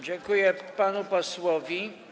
Dziękuję panu posłowi.